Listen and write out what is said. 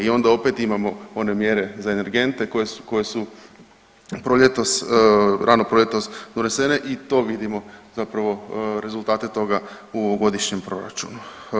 I onda opet imamo one mjere za energente koje su proljetos, rano proljetos donesene i to vidimo zapravo rezultate toga u ovogodišnjem proračunu.